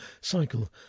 Cycle